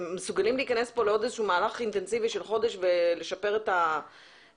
אתם מסוגלים להיכנס לעוד מהלך אינטנסיבי של חודש ולשפר את זה?